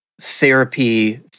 therapy